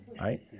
right